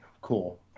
cool